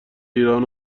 ایران